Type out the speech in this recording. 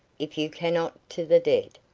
if you cannot to the dead.